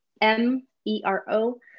M-E-R-O